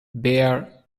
bare